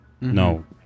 No